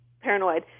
paranoid